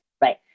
right